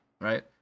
Right